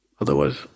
Otherwise